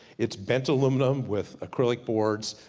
it's bent aluminum with acrylic boards,